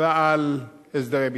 ועל הסדרי ביטחון.